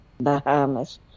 Bahamas